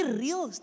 real